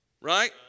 Right